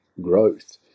growth